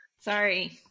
Sorry